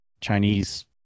Chinese